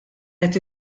qed